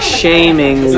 shaming